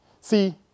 See